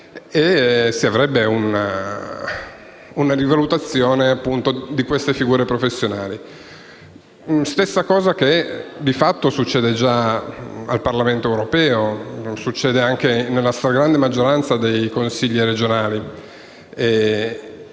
si avrebbe una rivalutazione di queste figure professionali. La stessa cosa succede già nel Parlamento europeo e nella stragrande maggioranza dei Consigli regionali.